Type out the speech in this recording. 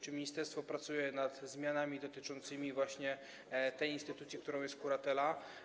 Czy ministerstwo pracuje nad zmianami dotyczącymi właśnie tej instytucji, którą jest kuratela?